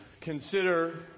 consider